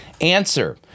Answer